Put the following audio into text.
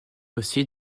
aussi